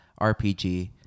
RPG